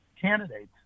candidates